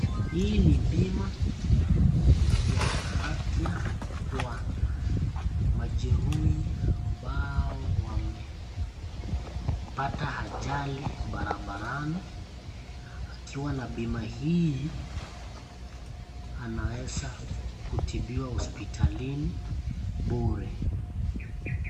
Hii ni bima ya afya kwa majerui ambao wamepata ajali barabarani akiwa na bima hii anaweza kutibiwa hospitalini bure.